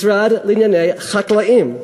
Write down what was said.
משרד לענייני חקלאים.